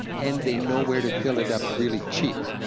and they know where to fill it up really cheap.